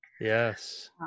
Yes